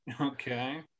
okay